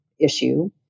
issue